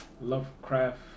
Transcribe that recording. Lovecraft